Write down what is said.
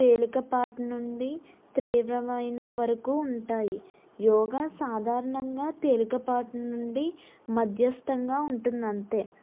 తేలికపాటి నుండి త్రీవ్రమైన వరకు ఉంటాయి యోగా సాధారణంగా తేలికపాటి నుండి మధ్యస్థంగా ఉంటుంది అంతే